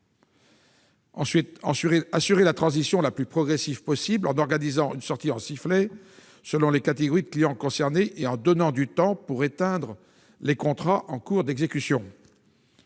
convient d'assurer la transition la plus progressive possible, en organisant une sortie « en sifflet » selon les catégories de clients concernées et en donnant du temps pour éteindre les contrats en cours d'exécution.